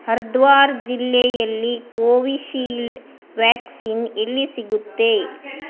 ಹರಿದ್ವಾರ್ ಜಿಲ್ಲೆಯಲ್ಲಿ Covishield vaccine ಎಲ್ಲಿ ಸಿಗುತ್ತೆ